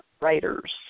writers